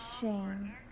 shame